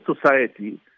society